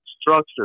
structure